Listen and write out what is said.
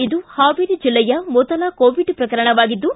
ಇದು ಹಾವೇರಿ ಜಿಲ್ಲೆಯ ಮೊದಲ ಕೋವಿಡ್ ಪ್ರಕರಣವಾಗಿದ್ದು